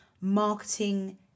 marketing